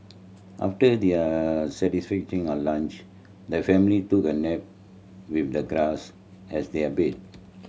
after their lunch the family took a nap with the grass as their bed